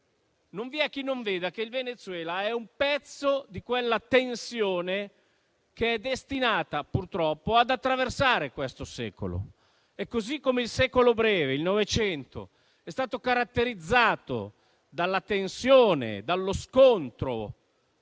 non vi è chi non veda che il Venezuela è un pezzo di quella tensione destinata purtroppo ad attraversare il secolo attuale. Così come il secolo breve, il Novecento, è stato caratterizzato dalla tensione, dallo scontro